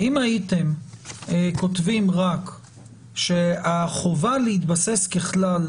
אם הייתם כותבים רק שהחובה להתבסס ככלל